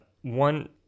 one